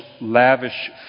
lavish